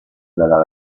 della